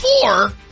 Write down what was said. four